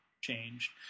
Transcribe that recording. changed